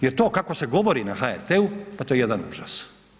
Jer to kako se govori na HRT-u pa to je jedan užas.